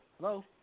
Hello